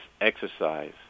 exercise